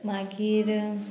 मागीर